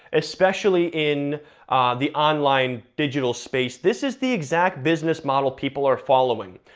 especially in the online digital space, this is the exact business model people are following.